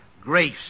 grace